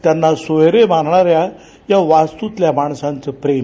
त्यांना सोयरे मानणाऱ्या या वास्तूतल्या माणसांचं प्रेम